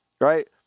right